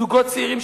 זוגות צעירים,